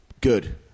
Good